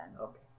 Okay